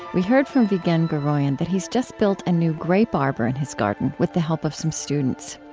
we heard from vigen guroian that he's just built a new grape arbor in his garden, with the help of some students.